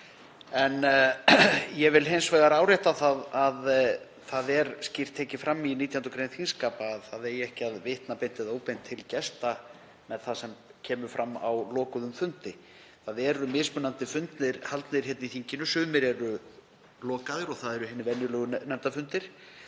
Ég vil hins vegar árétta að það er skýrt tekið fram í 19. gr. þingskapa að ekki eigi að vitna beint eða óbeint til gesta með það sem fram kemur á lokuðum fundi. Það eru mismunandi fundir haldnir hér í þinginu, sumir eru lokaðir, það eru hinir venjulegu nefndafundir,